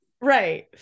Right